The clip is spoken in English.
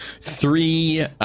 three